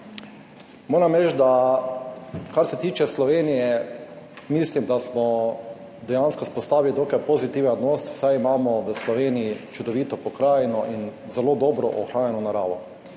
moram reči, da kar se tiče Slovenije, mislim, da smo dejansko vzpostavili dokaj pozitiven odnos, saj imamo v Sloveniji čudovito pokrajino in zelo dobro ohranjeno naravo.